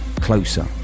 Closer